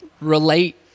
relate